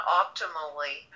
optimally